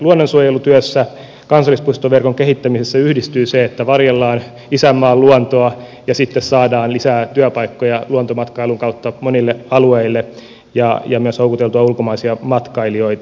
luonnonsuojelutyössä kansallispuistoverkon kehittämisessä yhdistyy se että varjellaan isänmaan luontoa ja sitten saadaan lisää työpaikkoja luontomatkailun kautta monille alueille ja myös houkuteltua ulkomaisia matkailijoita